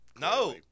No